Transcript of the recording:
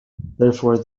therefore